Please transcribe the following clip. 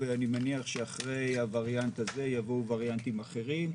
ואני מניח שאחרי הווריאנט הזה יבואו וריאנטים אחרים,